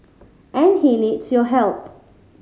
and he needs your help